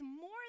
more